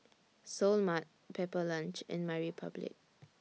Seoul Mart Pepper Lunch and MyRepublic